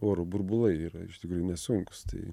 oro burbulai yra iš tikrųjų nesunkūs tai